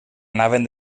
anaven